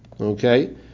Okay